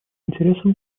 интересам